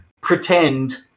pretend